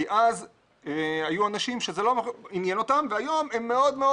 כי אז היו אנשים שזה לא עניין אותם והיום הם מאוד מאוד